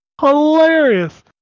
hilarious